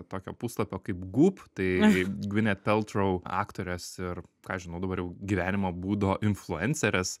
tokio puslapio kaip gup tai gvynet peltrou aktorės ir ką aš žinau dabar jau gyvenimo būdo influencerės